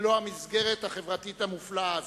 ללא המסגרת החברתית המופלאה הזו.